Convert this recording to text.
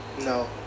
No